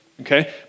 okay